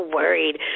worried